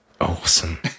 Awesome